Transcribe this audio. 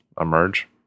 emerge